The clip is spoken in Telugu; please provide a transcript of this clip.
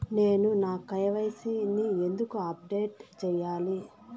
నేను నా కె.వై.సి ని ఎందుకు అప్డేట్ చెయ్యాలి?